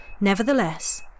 Nevertheless